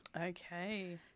Okay